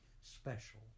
special